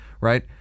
right